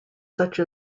such